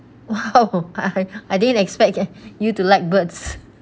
!wow! I I didn't expect eh you to like birds